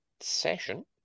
session